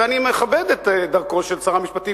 ואני מכבד את דרכו של שר המשפטים,